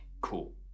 Cool